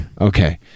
Okay